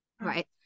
right